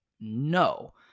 No